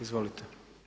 Izvolite.